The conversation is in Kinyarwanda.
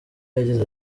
yagize